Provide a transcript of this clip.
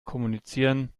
kommunizieren